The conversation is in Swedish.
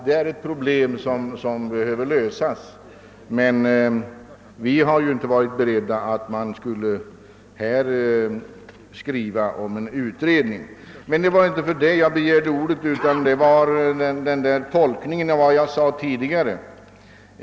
Detta är ett problem som behöver lösas, men vi har inte varit beredda att här skriva till Kungl. Maj:t om en utredning. Det var emellertid inte för denna sak jag begärde ordet, utan det var för tolkningen av vad jag tidigare sade.